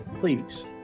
please